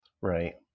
right